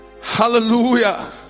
Hallelujah